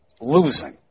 losing